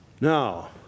Now